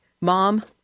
Mom